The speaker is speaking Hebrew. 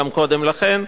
גם קודם לכן,